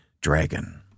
Dragon